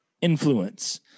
influence